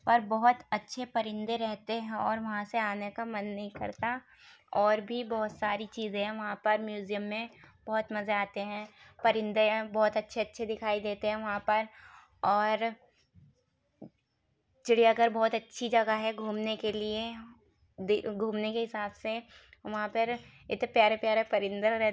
پر بہت اچّھے پرندے رہتے ہیں اور وہاں سے آنے کا من نہیں کرتا اور بھی بہت ساری چیزیں ہیں وہاں پر میوزیم میں بہت مزے آتے ہیں پرندے بہت اچّھے اچّھے دکھائی دیتے ہیں وہاں پر اور چڑیا گھر بہت اچھی جگہ ہے گھومنے کے لیے گھومنے کے حساب سے وہاں پر اتے پیارے پیارے پرندے رہتے